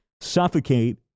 suffocate